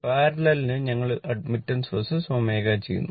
പാര്ലെലിനു ഞങ്ങൾ admittance vs ω plot ചെയ്യുന്നു